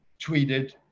tweeted